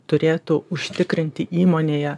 turėtų užtikrinti įmonėje